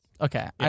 Okay